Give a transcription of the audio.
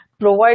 provide